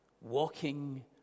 walking